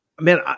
Man